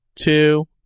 Two